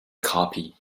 copy